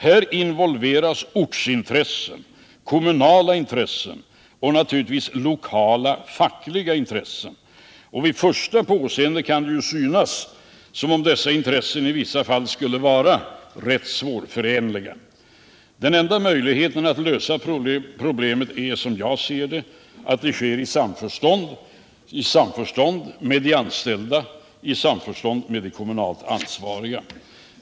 Här involveras ortsintressen, kommunala intressen och naturligtvis lokala fackliga intressen, och vid första påseende kan det synas som om dessa intressen i vissa fall skulle vara rätt svårförenliga. Den enda möjligheten att lösa problemet är, som jag ser det, att det sker i samförstånd med de anställda och de kommunalt ansvariga.